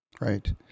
Right